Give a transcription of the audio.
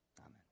Amen